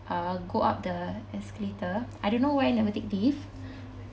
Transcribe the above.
uh go up the escalator I don't know why never take lift